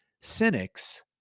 cynics